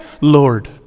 Lord